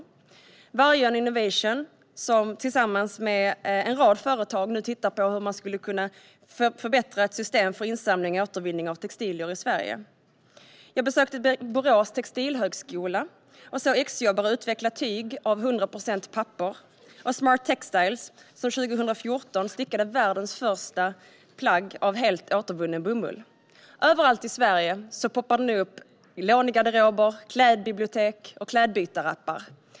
Jag besökte Wargön Innovation, som tillsammans med en rad företag tittar på hur ett system för insamling och återvinning av textilier i Sverige kan förbättras. Vidare besökte jag Textilhögskolan i Borås, och jag såg examensjobbare utveckla tyg av 100 procent papper. Sedan besökte jag Smart Textiles, som 2014 stickade världens första plagg helt av återvunnen bomull. Överallt i Sverige poppar det nu upp lånegarderober, klädbibliotek och klädbytarappar.